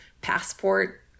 passport